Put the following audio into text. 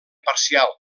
parcial